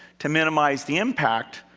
to minimize the impact,